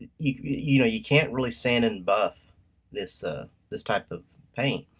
and you know you can't really sand and buff this this type of paint.